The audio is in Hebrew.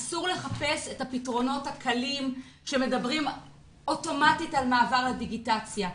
אסור לחפש את הפתרונות הקלים שמדברים אוטומטית על מעבר לדיגיטציה.